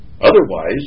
otherwise